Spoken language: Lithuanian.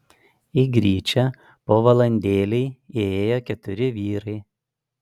į gryčią po valandėlei įėjo keturi vyrai